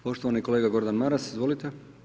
Poštovani kolega Gordan Maras, izvolite.